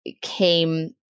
came